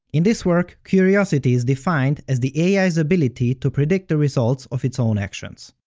in this work, curiosity is defined as the ai's ability to predict the results of its own actions.